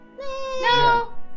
No